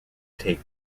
take